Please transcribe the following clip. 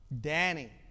Danny